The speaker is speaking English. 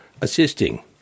assisting